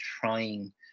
trying